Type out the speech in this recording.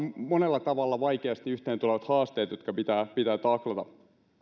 monella tavalla vaikeasti yhteen tulevat haasteet jotka pitää pitää taklata